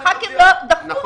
רק שהח"כים דחו אותה.